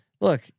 look